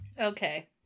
Okay